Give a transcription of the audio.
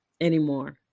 anymore